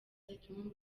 zituma